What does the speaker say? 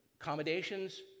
accommodations